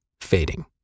Fading